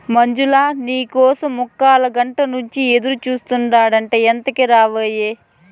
మంజులా, నీ కోసం ముక్కాలగంట నుంచి ఎదురుచూస్తాండా ఎంతకీ రావాయే